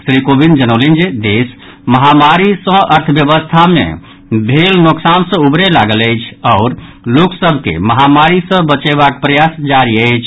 श्री कोविंद जनौलनि जे देश महामारी सँ अर्थव्यवस्था मे भेल नोकसान सँ उबरय लागल अछि आओर लोक सभ के महामारी सँ बचयबाक प्रयास जारी अछि